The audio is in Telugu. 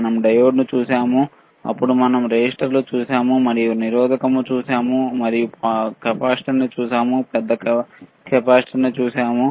మనం డయోడ్ను చూశాము అప్పుడు మనం రెసిస్టర్ను చూశాము మనము నిరోధకము చూశాము మనము కెపాసిటర్ని చూశాము పెద్ద కెపాసిటర్ని చూశాము